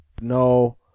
No